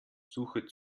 suche